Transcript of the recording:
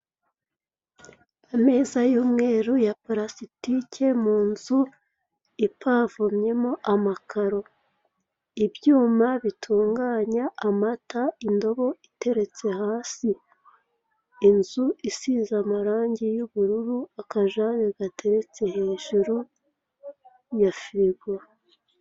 Ameza y'umweru ya purasitike mu nzu ipavomyemo amakaro. Ibyuma bitunganya amata, indobo iteretse hasi. Inzu isize amarangi y'ubururu, akajage gateretse hejuru ya furigo.